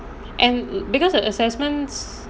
and because of assessments